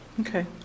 Okay